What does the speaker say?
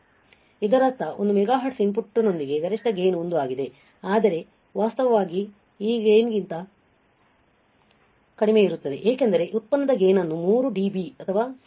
ಇದರರ್ಥ ಒಂದು megahertz ಇನ್ಪುಟ್ನೊಂದಿಗೆ ಗರಿಷ್ಠ ಗೈನ್ 1 ಆಗಿದೆ ಆದರೆ ವಾಸ್ತವವಾಗಿ ಈಗೈನ್ 1 ಕ್ಕಿಂತ ಕಡಿಮೆಯಿರುತ್ತದೆ ಏಕೆಂದರೆ ಉತ್ಪನ್ನದ ಗೈನ್ ಅನ್ನು ಮೂರು dBಡೆಸಿಬಲ್ 0